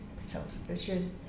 self-sufficient